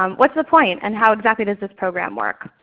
um what's the point? and how exactly does this program work?